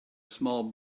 small